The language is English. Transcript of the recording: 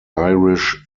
irish